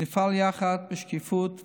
נפעל יחד בשקיפות,